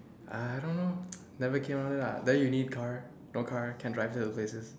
I don't know never came out of it lah then you need car no car can drive to many places